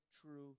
true